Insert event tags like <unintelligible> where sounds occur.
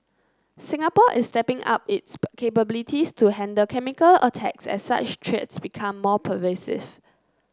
Singapore is stepping up its <unintelligible> capabilities to handle chemical attacks as such threats become more pervasive